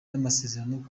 n’amasezerano